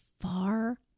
far